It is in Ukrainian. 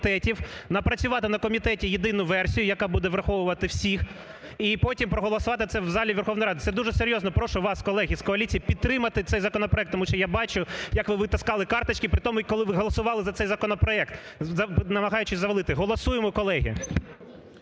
напрацювати на комітеті єдину версію, яка буде враховувати всіх, і потім проголосувати це в залі Верховної Ради. Це дуже серйозно, прошу вас, колеги з коаліції, підтримати цей законопроект, тому що я бачу як ви витаскували карточки при тому, коли ви голосували за цей законопроект, намагаючись завалити. Голосуємо, колеги.